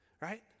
right